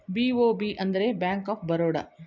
BOB ಅಂದರೆ bank of Baroda